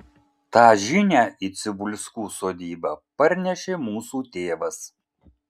tą žinią į cibulskų sodybą parnešė mūsų tėvas